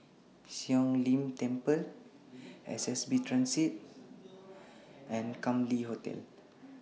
Siong Lim Temple S B S Transit and Kam Leng Hotel